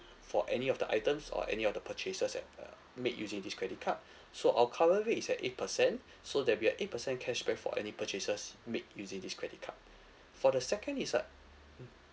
for any of the items or any of the purchases at uh made using this credit card so our current rate is at eight percent so there'll be a eight percent cashback for any purchases made using this credit card for the second is a